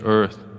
earth